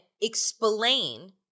explain